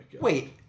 Wait